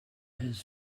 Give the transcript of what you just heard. his